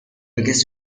biggest